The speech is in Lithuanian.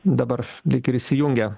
dabar lyg ir įsijungia